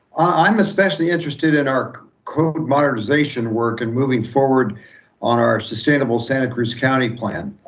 i'm especially interested in our code modernization work and moving forward on our sustainable santa cruz county plan.